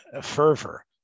fervor